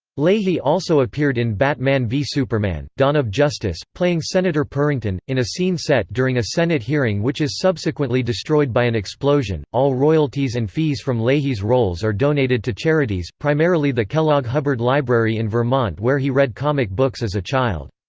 leahy also appeared in batman v superman dawn of justice, playing senator purrington, in a scene set during a senate hearing which is subsequently destroyed by an explosion all royalties and fees from leahy's roles are donated to charities, primarily the kellogg-hubbard library in vermont where he read comic books as a child.